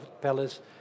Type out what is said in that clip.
Palace